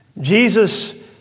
Jesus